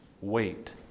Wait